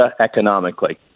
economically